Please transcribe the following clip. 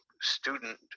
student